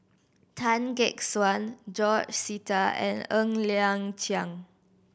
Tan Gek Suan George Sita and Ng Liang Chiang